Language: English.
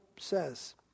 says